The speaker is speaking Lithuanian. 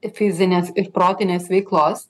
fizinės protinės veiklos